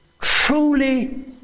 truly